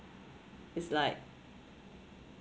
it's like